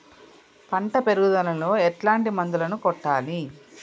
పంట పెరుగుదలలో ఎట్లాంటి మందులను కొట్టాలి?